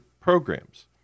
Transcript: programs